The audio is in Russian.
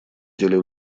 деле